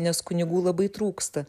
nes kunigų labai trūksta